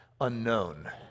Unknown